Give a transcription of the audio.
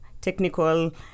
technical